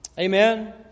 Amen